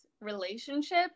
relationship